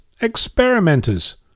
Experimenters